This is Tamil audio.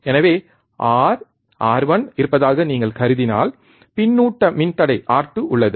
எனவே R R1 இருப்பதாக நீங்கள் கருதினால் பின்னூட்ட மின்தடை R2 உள்ளது